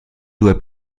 due